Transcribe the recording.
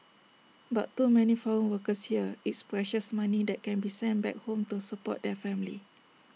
but to many foreign workers here it's precious money that can be sent back home to support their family